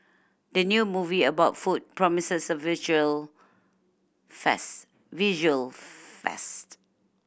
the new movie about food promises a visual visual feast